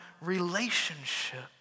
relationship